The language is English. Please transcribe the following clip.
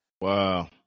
Wow